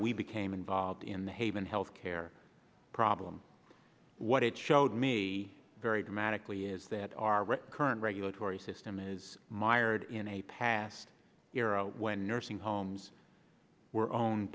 we became involved in the haven healthcare problem what it showed me very dramatically is that our current regulatory system is mired in a past era when nursing homes were owned